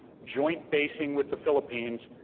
joint basing with the philippines,